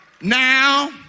now